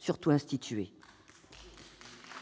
souhaite,